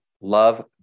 love